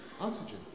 Oxygen